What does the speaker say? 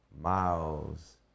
Miles